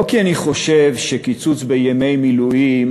לא כי אני חושב שקיצוץ בימי מילואים